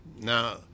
now